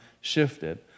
shifted